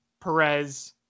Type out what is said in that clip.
Perez